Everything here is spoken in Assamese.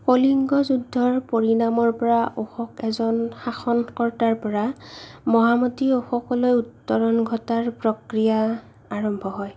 কলিঙ্গ যোদ্ধৰ পৰিণামৰ পৰা অশোক এজন শাসনকৰ্তাৰ পৰা মহামতী অশোকলৈ উত্তৰণ ঘটাৰ প্ৰক্ৰিয়া আৰম্ভ হয়